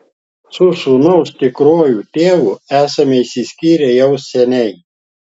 su sūnaus tikruoju tėvu esame išsiskyrę jau seniai